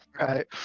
Right